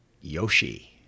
Yoshi